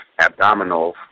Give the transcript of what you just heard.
abdominals